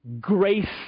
grace